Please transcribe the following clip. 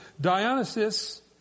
Dionysus